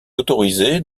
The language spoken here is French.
autorisée